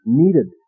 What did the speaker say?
needed